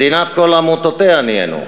"מדינת כל עמותותיה" נהיינו.